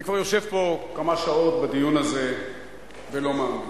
אני כבר יושב פה כמה שעות בדיון הזה ולא מאמין.